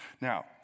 Now